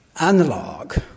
analog